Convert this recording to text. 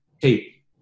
hey